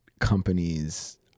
companies